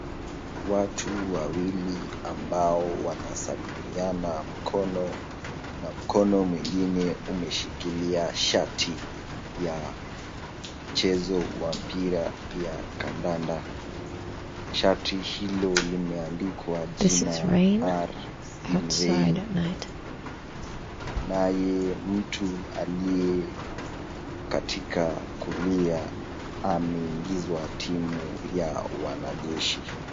Watu wawili ambao wanasalimiana mkono na mkono mwingine umeshikilia shati ya mchezo wa mpira ya kandada. Shati hilo limeandikwa jina R Silvain. Naye mtu aliye katika kulia ameingizwa timu ya wanajeshi.